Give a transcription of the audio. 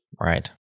Right